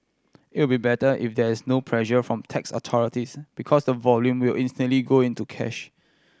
it will be better if there is no pressure from tax authorities because the volume will instantly go into cash